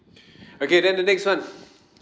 okay then the next one